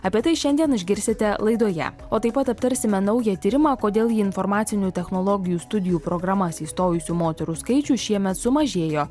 apie tai šiandien išgirsite laidoje o taip pat aptarsime naują tyrimą kodėl į informacinių technologijų studijų programas įstojusių moterų skaičius šiemet sumažėjo